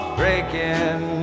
breaking